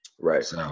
Right